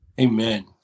Amen